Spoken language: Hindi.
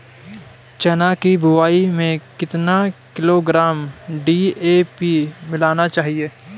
चना की बुवाई में कितनी किलोग्राम डी.ए.पी मिलाना चाहिए?